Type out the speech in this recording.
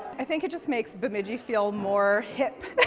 i think it just make bemidji feel more hip.